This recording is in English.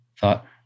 thought